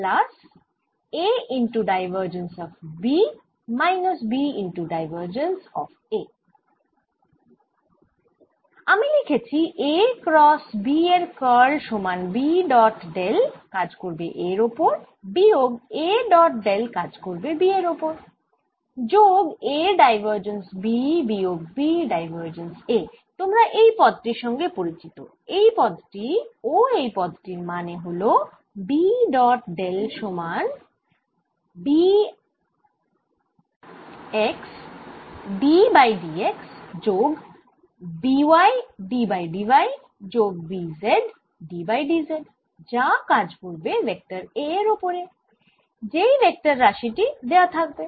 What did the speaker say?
আমি লিখেছি A cross B এর কার্ল সমান B ডট ডেল কাজ করবে A এর ওপর বিয়োগ A ডট ডেল কাজ করবে B এর ওপর যোগ A ডাইভার্জেন্স B বিয়োগ B ডাইভার্জেন্স A তোমরা এই পদটির সঙ্গে পরিচিত এই পদটি ও এই পদটির মানে হল B ডট ডেল সমান B x d by d x যোগ B y d by d y যোগ B z d by d z যা কাজ করবে ভেক্টর A এর ওপরে যেই ভেক্টর রাশি টি দেওয়া থাকবে